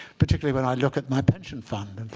particularly when i look at my pension fund